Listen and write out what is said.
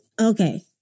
Okay